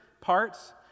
parts